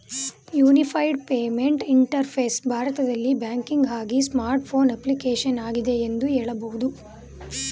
unified payment interface ಭಾರತದಲ್ಲಿ ಬ್ಯಾಂಕಿಂಗ್ಆಗಿ smart phone application ಆಗಿದೆ ಎಂದು ಹೇಳಬಹುದು